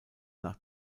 nach